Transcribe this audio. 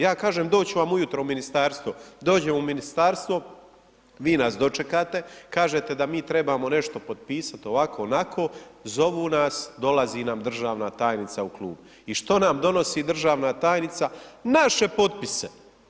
Ja kažem doći ću vam ujutro u ministarstvo, dođem u ministarstvo vi nas dočekate, kažete da mi trebamo nešto potpisat, ovako, onako, zovu nas, dolazi nam državna tajnica u klub i što nam donosi državna tajnica, naše potpise.